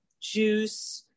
juice